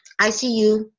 ICU